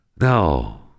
No